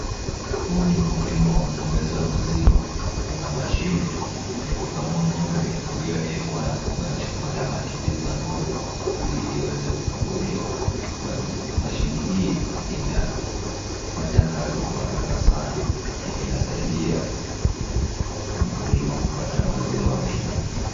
Huu ni ukulima wa ng'ombe za maziwa. Kuna mashine ya kukamua ng'ombe iliyowekwa na kuunganishwa kwenda matiti za ng'ombe ili iweze kukamuliwa. Mashini hii inafanya kazi kwa haraka sana na inasaidia mkulima kupata maziwa mengi.